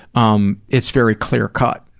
um it's very clear cut